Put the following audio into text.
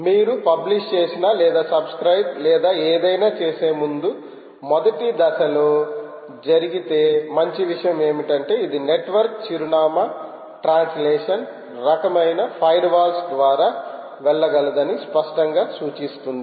మీరు పబ్లిష్ చేసినా లేదా సబ్స్క్రయిబ్ లేదా ఏదైనా చేసే ముందు మొదటి దశలో జరిగితే మంచి విషయం ఏమిటంటే ఇది నెట్వర్క్ చిరునామా ట్రాన్స్లేషన్ రకమైన ఫైర్వాల్స్ ద్వారా వెళ్లగలదు అని స్పష్టంగా సూచిస్తుంది